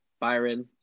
Byron